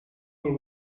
will